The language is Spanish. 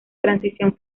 transición